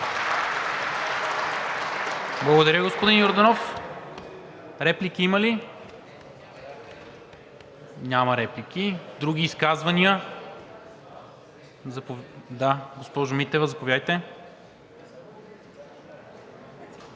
Благодаря, господин Йорданов. Реплики има ли? Няма реплики. Други изказвания? Госпожо Митева, заповядайте.